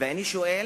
ואני שואל